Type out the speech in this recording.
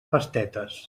pastetes